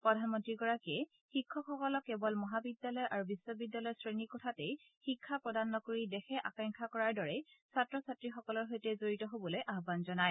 প্ৰধানমন্ত্ৰীগৰাকীয়ে শিক্ষকসকলক কেৱল মহাবিদ্যালয় আৰু বিশ্ববিদ্যালয়ৰ শ্ৰেণী কোঠাতেই শিক্ষা প্ৰদান নকৰি দেশে আকাংক্ষা কৰাৰ দৰে ছাত্ৰ ছাত্ৰীসকলৰ সৈতে জৰিত হ'বলৈ আহান জনায়